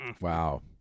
Wow